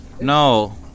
No